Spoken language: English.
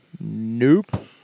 Nope